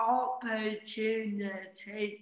opportunity